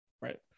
right